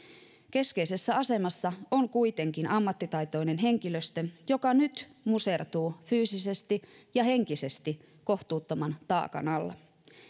keskeisessä asemassa on kuitenkin ammattitaitoinen henkilöstö joka nyt musertuu fyysisesti ja henkisesti kohtuuttoman taakan alla